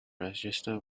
register